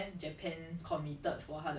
it's never something that you can do